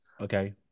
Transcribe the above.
Okay